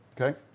Okay